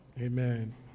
Amen